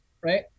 right